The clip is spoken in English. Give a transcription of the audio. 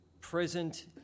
present